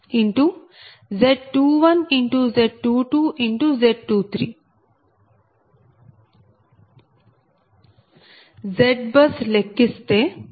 Z bus లెక్కిస్తే ZBUSNEW0